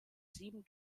sieben